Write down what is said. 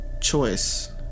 choice